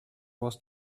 was